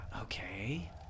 Okay